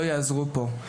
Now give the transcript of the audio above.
לא יעזרו פה.